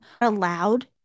allowed